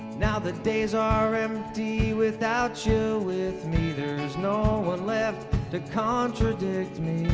now the days are empty without you with me there's no one left to contradict me